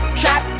trap